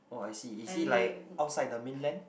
oh I see is it like outside the mainland